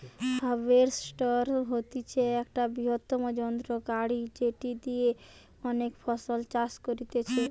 harvester হতিছে একটা বৃহত্তম যন্ত্র গাড়ি যেটি দিয়া অনেক ফসল চাষ করতিছে